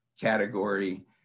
Category